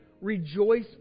rejoice